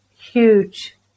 huge